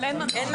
אבל אין מדור.